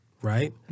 right